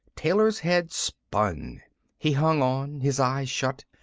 taylor's head spun he hung on, his eyes shut.